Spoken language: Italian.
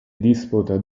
disputa